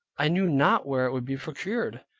i knew not where it would be procured.